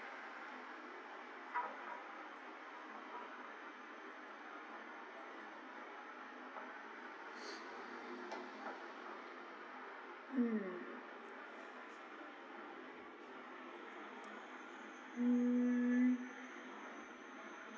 mm mm